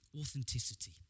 authenticity